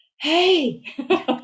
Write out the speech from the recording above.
hey